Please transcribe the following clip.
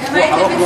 עם ויכוח ארוך מאוד,